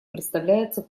представляется